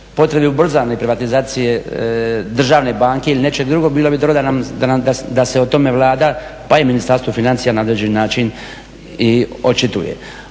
potrebi ubrzane privatizacije državne banke ili nečega drugog. Bilo bi dobro da se o tome Vlada pa i Ministarstvo financija na određeni način i očituje.